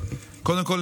קודם כול,